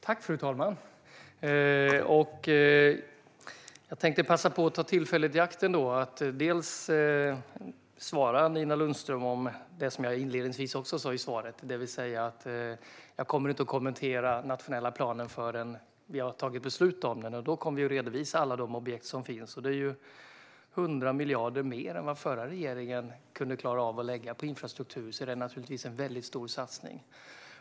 Fru talman! Jag tänkte ta tillfället i akt att svara Nina Lundström när det gäller det jag sa inledningsvis, det vill säga att jag inte kommer att kommentera den nationella planen förrän vi har tagit beslut om den. Då kommer vi att redovisa alla objekt som finns. Det rör sig om 100 miljarder mer än den förra regeringen klarade att lägga på infrastruktur, så det är naturligtvis en stor satsning.